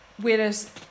whereas